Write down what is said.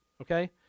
Okay